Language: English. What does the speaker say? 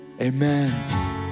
amen